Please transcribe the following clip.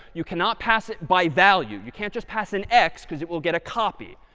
you cannot pass it by value. you can't just pass an x because it will get a copy.